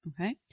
Okay